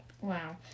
Wow